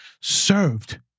served